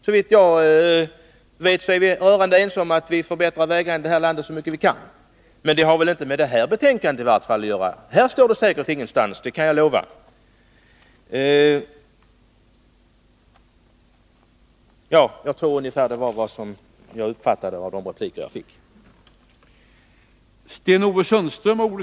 Såvitt jag vet är vi alla rörande ense om att förbättra vägarna i det här landet så mycket vi kan, men det har väl inte med det här betänkandet att göra. Här står det i vart fall ingenstans, det kan jag lova. Jag tror detta kan vara svar på de repliker jag fick — så som jag uppfattade dem.